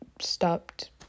stopped